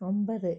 ഒമ്പത്